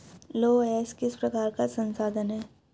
लौह अयस्क किस प्रकार का संसाधन है?